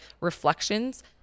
Reflections